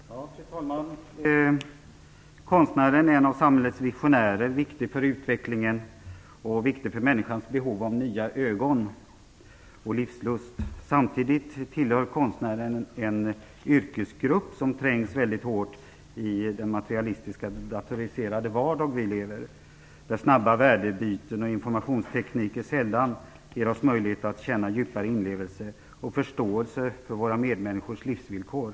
Fru talman! Konstnären är en av samhällets visionärer - viktig för utvecklingen och för människans behov av nya ögon samt för livslusten. Samtidigt tillhör konstnären en yrkesgrupp som trängs väldigt hårt i den materialistiska, datoriserade vardag som vi lever i, där snabba värdebyten och informationsteknik sällan ger oss möjlighet att känna djupare inlevelse och förståelse för våra medmänniskors livsvillkor.